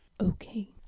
Okay